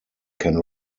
can